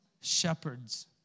shepherds